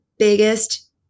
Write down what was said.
biggest